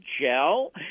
gel